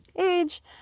age